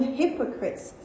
hypocrites